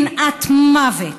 שנאת מוות.